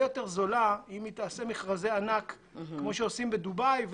יותר זולה אם היא תעשה מכרזי ענק כמו שעושים בדובאי,